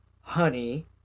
honey